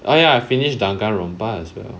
oh ya I finished danganronpa as well